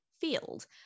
field